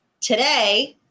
today –